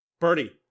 Bernie